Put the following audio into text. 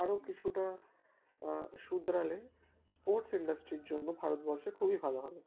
আরও কিছুটা শুধরালে স্পোর্টস ইন্ডাস্ট্রির জন্য ভারতবর্ষে খুবই ভালো হবে